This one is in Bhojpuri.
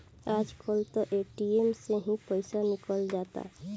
आज कल त ए.टी.एम से ही पईसा निकल जाता